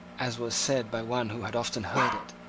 as was said by one who had often heard it,